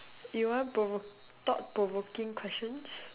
you want provoke thought provoking questions